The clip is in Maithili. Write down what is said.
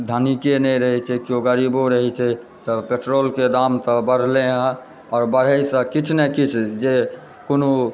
धनिके नहि रहै छै केओ गरीबो रहै छै तऽ पेट्रोलके दाम तऽ बढ़लै हँ आओर बढ़ैसँ किछु ने किछु जे कोनो